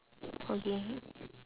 again